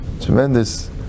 tremendous